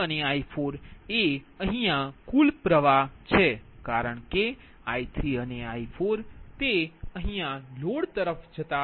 તેથી I3 અને I4 એ કુલ પ્રવાહ છે કારણ કે I3 અને I4તે લોડ તરફ જઇ રહ્યો છે